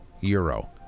euro